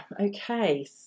okay